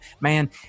man